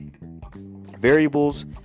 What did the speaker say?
variables